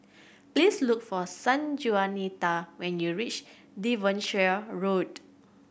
please look for Sanjuanita when you reach Devonshire Road